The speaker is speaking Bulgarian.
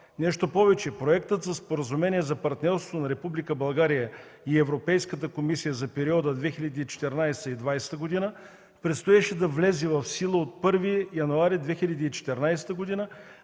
Нещо повече, проектът за споразумение за партньорството на Република България и Европейската комисия за периода 2014–2020 г. предстоеше да влезе в сила от 1 януари 2014 г.,